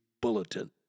bulletin